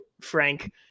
Frank